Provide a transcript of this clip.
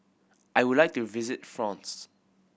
I would like to visit France